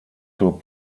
zur